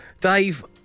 Dave